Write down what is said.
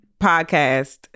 podcast